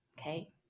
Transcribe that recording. okay